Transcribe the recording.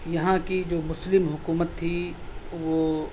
یَہاں کی جو مسلم حکومت تھی وہ